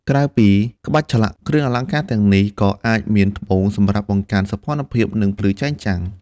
ក្រៅពីក្បាច់ឆ្លាក់ គ្រឿងអលង្ការទាំងនេះក៏អាចមាន ត្បូងសម្រាប់បង្កើនសោភ័ណភាព និងភាពភ្លឺចែងចាំង។